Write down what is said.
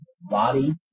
body